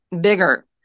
bigger